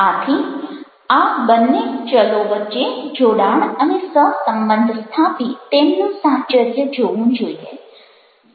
આથી આ બંને ચલો વચ્ચે જોડાણ અને સહ સંબંધ સ્થાપી તેમનું સાહચર્ય જોવું જોઈએ